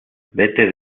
vete